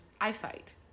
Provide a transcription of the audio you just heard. eyesight